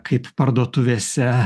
kaip parduotuvėse